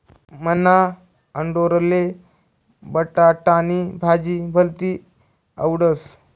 मन्हा आंडोरले बटाटानी भाजी भलती आवडस